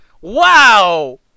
wow